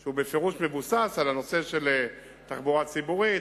שהוא בפירוש מבוסס על הנושא של תחבורה ציבורית,